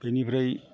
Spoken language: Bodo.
बेनिफ्राय